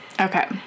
okay